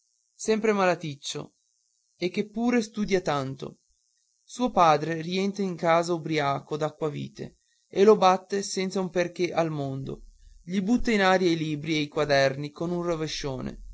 sempre malaticcio e che pure studia tanto suo padre rientra in casa ubriaco d'acquavite e lo batte senza un perché al mondo gli butta in aria i libri e i quaderni con un rovescione